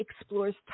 explores